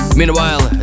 meanwhile